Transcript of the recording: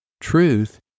truth